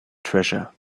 treasure